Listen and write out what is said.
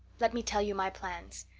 let me tell you my plans.